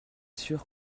sûr